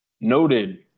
noted